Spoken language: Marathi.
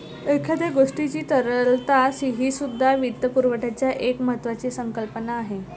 एखाद्या गोष्टीची तरलता हीसुद्धा वित्तपुरवठ्याची एक महत्त्वाची संकल्पना आहे